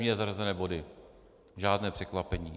Pevně zařazené body, žádné překvapení.